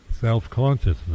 self-consciousness